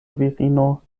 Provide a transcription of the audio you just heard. virino